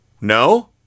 No